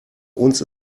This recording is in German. uns